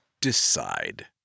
decide